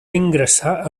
ingressar